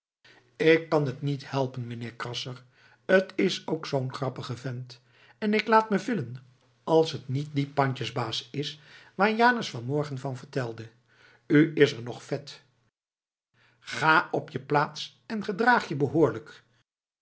ik kan het niet helpen mijnheer krasser t is ook zoo'n grappige vent en ik laat me villen als het niet die pandjesbaas is waar janus van morgen van vertelde u is er nog vet ga op je plaats en gedraag je behoorlijk